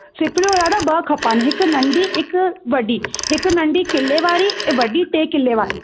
सुपिरियूं दादा ॿ खपनि हिक नंढी हिक वॾी हिक नंढी किले वारी ऐं वॾी टे किले वारी